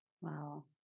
Wow